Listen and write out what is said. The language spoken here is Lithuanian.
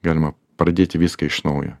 galima pradėti viską iš naujo